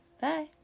Bye